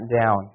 down